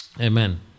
Amen